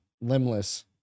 Limbless